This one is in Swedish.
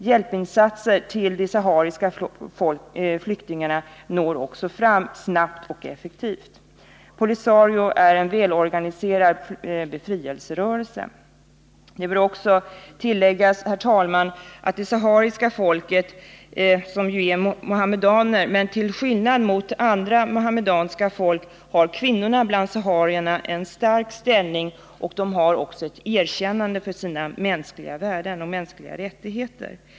Hjälpinsatser till de sahariska flyktingarna når också fram snabbt och effektivt. POLISARIO är en välorganiserad befrielserörelse. Det bör också tilläggas, herr talman, att det sahariska folket är muhammedaner, men till skillnad mot andra muhammedanska folk har kvinnorna bland saharierna en stark ställning, och framför allt erkänns deras mänskliga värden och rättigheter.